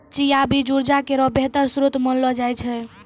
चिया बीज उर्जा केरो बेहतर श्रोत मानलो जाय छै